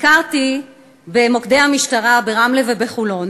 ביקרתי במוקדי המשטרה ברמלה ובחולון